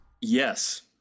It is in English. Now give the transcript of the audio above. Yes